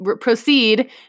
proceed